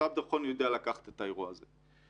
ומשרד הביטחון יודע לקחת את האירוע הזה.